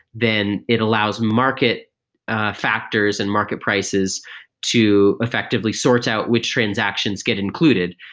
then it allows market factors and market prices to effectively sort out which transactions get included.